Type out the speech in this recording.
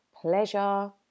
pleasure